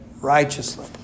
righteously